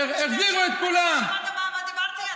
אתה שמעת מה אמרתי?